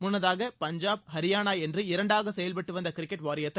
முன்னதாக பஞ்சாப் ஹரியானா என்று இரண்டாக செயல்பட்டு வந்த கிரிக்கெட் வாரியத்தை